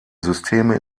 systeme